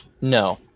No